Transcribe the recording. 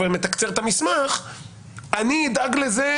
אני אדאג לזה,